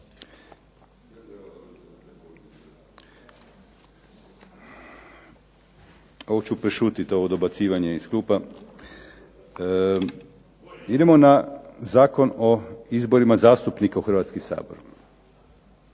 Ovo ću prešutiti, ovo dobacivanje iz klupa. Idemo na Zakon o izborima zastupnika u Hrvatski sabor.